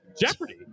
Jeopardy